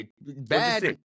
bad